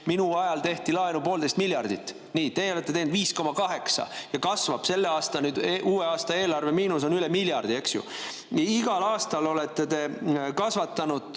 minu ajal tehti laenu poolteist miljardit. Teie olete teinud 5,8 ja see kasvab, uue aasta eelarve miinus on üle miljardi. Igal aastal olete te kasvatanud